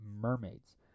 mermaids